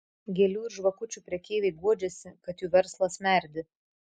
gėlių ir žvakučių prekeiviai guodžiasi kad jų verslas merdi